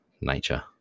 nature